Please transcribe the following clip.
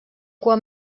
cua